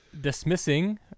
dismissing